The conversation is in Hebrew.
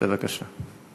בבקשה.